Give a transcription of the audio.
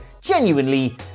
genuinely